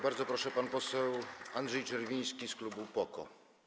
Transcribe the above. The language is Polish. Bardzo proszę, pan poseł Andrzej Czerwiński z klubu PO-KO.